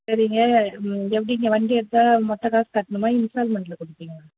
சரிங்க எப்படிங்க வண்டி எடுத்தால் மொத்த காசும் கட்டணுமா இன்ஸ்டால்மெண்ட்டில் கொடுப்பிங்களா